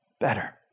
better